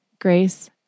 grace